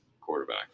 quarterback